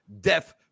death